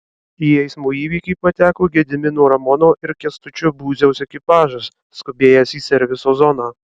į eismo įvykį pateko gedimino ramono ir kęstučio būziaus ekipažas skubėjęs į serviso zoną